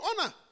honor